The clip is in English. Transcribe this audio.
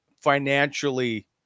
financially